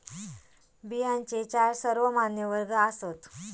बियांचे चार सर्वमान्य वर्ग आसात